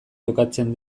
jokatzen